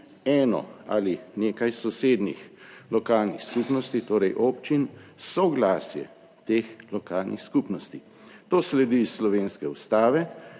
eno ali nekaj sosednjih lokalnih skupnosti, torej občin soglasje teh lokalnih skupnosti. To sledi iz slovenske ustave,